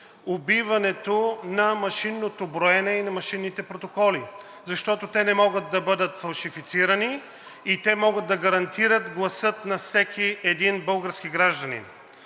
убиването на машинното броене и на машинните протоколи, защото те не могат да бъдат фалшифицирани и те могат да гарантират гласа на всеки един български граждани.